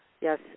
Yes